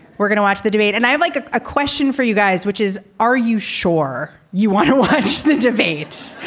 we're going to watch the debate. and i'd like a question for you guys, which is, are you sure you want to watch the debate?